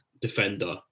defender